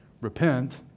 Repent